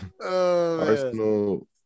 Arsenal